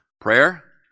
Prayer